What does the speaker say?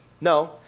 No